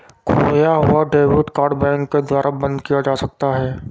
खोया हुआ debit card bank के द्वारा बंद किया जा सकता है